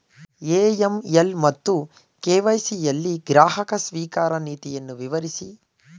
AML ಮತ್ತು KYC ಯಲ್ಲಿ ಗ್ರಾಹಕ ಸ್ವೀಕಾರ ನೀತಿಯನ್ನು ವಿವರಿಸಿ?